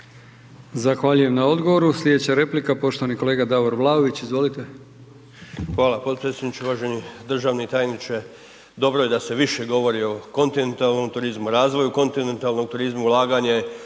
Zahvaljujem na odgovoru. Sljedeća replika, poštovani kolega Davor Vlaović, izvolite. **Vlaović, Davor (HSS)** Hvala potpredsjedniče, uvaženi državni tajniče. Dobro je da se više govori o kontinentalnom turizmu, razvoju kontinentalnog turizma, ulaganje